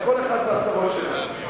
כל אחד עם הצרות שלו.